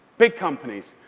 big companies.